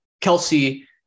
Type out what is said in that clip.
Kelsey